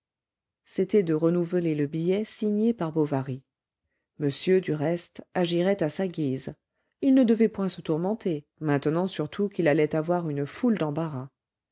c'était de renouveler le billet signé par bovary monsieur du reste agirait à sa guise il ne devait point se tourmenter maintenant surtout qu'il allait avoir une foule d'embarras